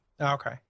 Okay